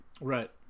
Right